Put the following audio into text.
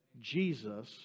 Jesus